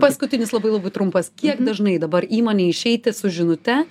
paskutinis labai labai trumpas kiek dažnai dabar įmonei išeiti su žinute